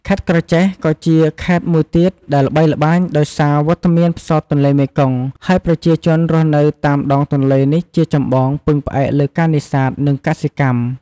ខេត្តក្រចេះ ក៏ជាខេត្តមួយទៀតដែលល្បីល្បាញដោយសារវត្តមានផ្សោតទន្លេមេគង្គ ហើយប្រជាជនរស់នៅតាមដងទន្លេនេះជាចម្បងពឹងផ្អែកលើការនេសាទ និងកសិកម្ម។